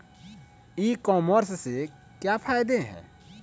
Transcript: ई commerce के क्या फायदे हैं?